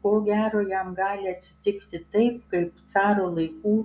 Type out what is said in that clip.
ko gero jam gali atsitikti taip kaip caro laikų